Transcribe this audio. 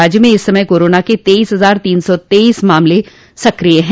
राज्य में इस समय कोरोना के तेईस हजार तीन सौ तेईस सक्रिय मामले हैं